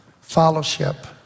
fellowship